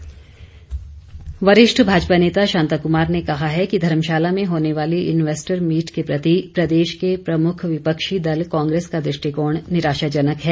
शांता कुमार वरिष्ठ भाजपा नेता शांता कुमार ने कहा है कि धर्मशाला में होने वाली इन्वेस्टर मीट के प्रति प्रदेश के प्रमुख विपक्षी दल कांग्रेस का दृष्टिकोण निराशाजनक है